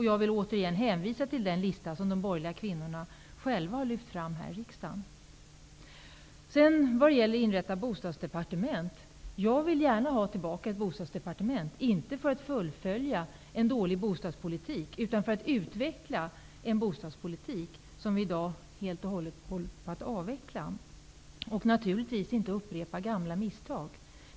Jag vill återigen hänvisa till den lista som de borgerliga kvinnorna själva har lyft fram här i riksdagen. Vad gäller återinrättandet av ett bostadsdepartement vill jag säga: Jag vill gärna ha tillbaka ett bostadsdepartement, inte för att fullfölja en dålig bostadspolitik, utan för att utveckla bostadspolitiken i stället för att som i dag avveckla den. Naturligtvis skall man inte upprepa gamla misstag.